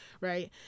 Right